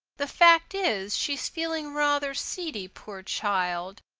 the fact is, she's feeling rather seedy, poor child.